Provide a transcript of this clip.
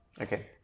Okay